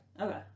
Okay